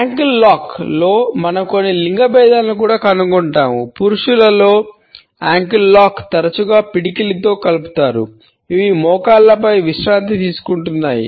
uncle lock లో కలుపుతారు ఇవి మోకాళ్లపై విశ్రాంతి తీసుకుంటున్నాయి